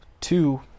two